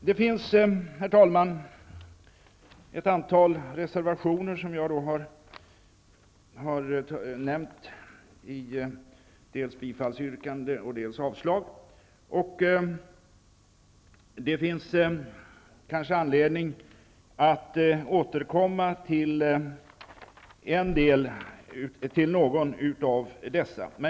Det finns, herr talman, ett antal reservationer, som jag har yrkat dels bifall till, dels avslag på, och det kan finnas anledning att återkomma till någon av dessa.